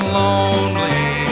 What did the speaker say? lonely